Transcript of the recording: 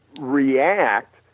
react